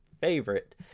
favorite